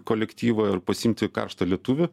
į kolektyvą ir pasiimti karštą lietuvį